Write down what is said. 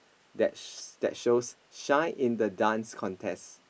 that shows that shows shine in the Dance Contest